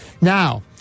Now